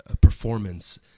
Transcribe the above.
performance